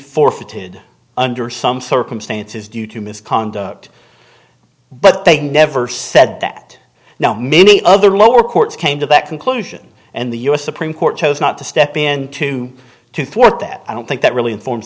forfeited under some circumstances due to misconduct but they never said that now many other lower courts came to that conclusion and the u s supreme court chose not to step in to to thwart that i don't think that really inform